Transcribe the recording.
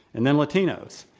and then latinos,